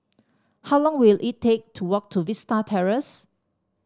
how long will it take to walk to Vista Terrace